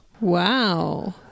Wow